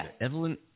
Evelyn